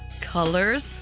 Colors